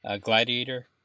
Gladiator